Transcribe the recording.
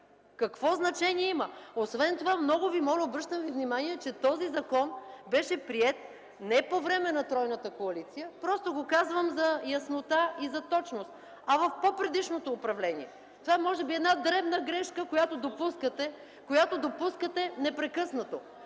Какво значение има? Освен това, много Ви моля – обръщам Ви внимание, че този закон беше приет не по време на тройната коалиция (просто го казвам за яснота и за точност), а в пό предишното управление. Това може би е дребна грешка, която допускате, която